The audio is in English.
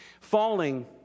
Falling